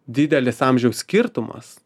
didelis amžiaus skirtumas